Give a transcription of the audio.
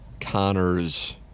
Connors